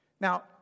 Now